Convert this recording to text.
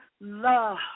love